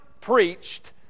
preached